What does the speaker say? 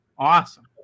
Awesome